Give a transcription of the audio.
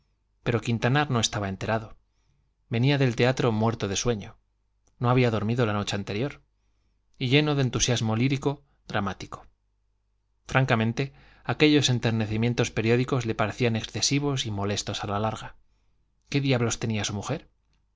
pero quintanar no estaba enterado venía del teatro muerto de sueño no había dormido la noche anterior y lleno de entusiasmo lírico dramático francamente aquellos enternecimientos periódicos le parecían excesivos y molestos a la larga qué diablos tenía su mujer